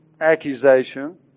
accusation